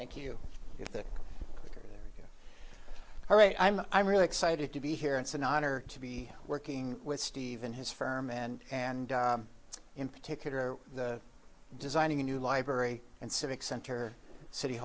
thank you all right i'm i'm really excited to be here it's an honor to be working with steve in his firm and and in particular designing a new library and civic center city